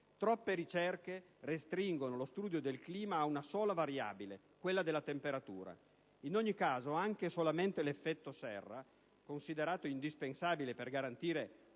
Troppe ricerche restringono lo studio del clima ad una sola variabile, la temperatura. In ogni caso, anche l'effetto serra è considerato indispensabile per garantire